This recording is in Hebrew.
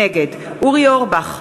נגד אורי אורבך,